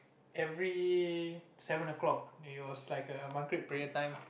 every seven o'clock it was like a prayer time